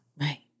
Right